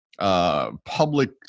public